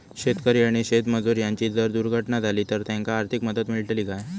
शेतकरी आणि शेतमजूर यांची जर दुर्घटना झाली तर त्यांका आर्थिक मदत मिळतली काय?